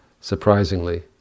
surprisingly